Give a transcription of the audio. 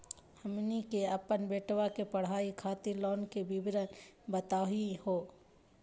हमनी के अपन बेटवा के पढाई खातीर लोन के विवरण बताही हो?